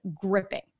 gripping